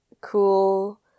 cool